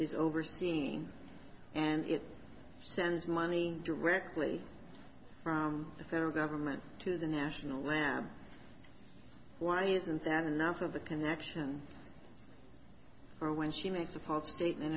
is overseeing and it sends money directly from the federal government to the national labs why isn't that enough of the connection for when she makes a public statement